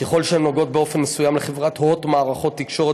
ככל שהן נוגעות באופן מסוים לחברת הוט מערכות תקשורת